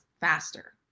faster